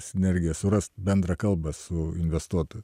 sinergija surast bendrą kalbą su investuotoju